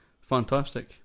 fantastic